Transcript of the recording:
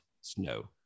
Snow